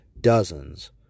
Dozens